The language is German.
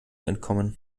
entkommen